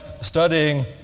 studying